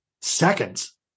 seconds